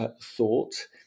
thought